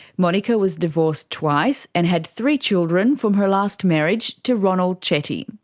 monika was divorced twice and had three children from her last marriage to ronald chetty.